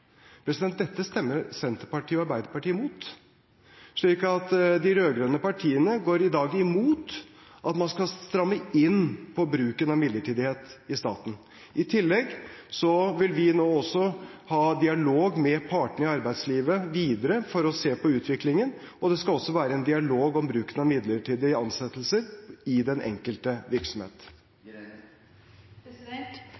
Dette stemmer Senterpartiet og Arbeiderpartiet imot – de rød-grønne partiene går i dag imot at man skal stramme inn på bruken av midlertidighet i staten. I tillegg vil vi videre ha en dialog med partene i arbeidslivet for å se på utviklingen. Det skal også være en dialog om bruken av midlertidige ansettelser i den enkelte